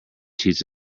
cheats